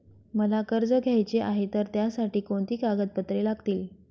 मला कर्ज घ्यायचे आहे तर त्यासाठी कोणती कागदपत्रे लागतील?